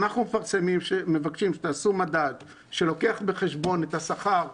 "אנחנו מבקשים שתעשו מדד שלוקח בחשבון את השכר --"